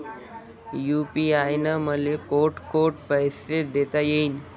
UPI न मले कोठ कोठ पैसे देता येईन?